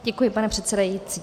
Děkuji, pane předsedající.